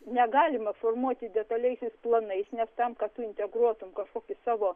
negalima formuoti detaliaisiais planais nes tam kad tu integruotum kažkokį savo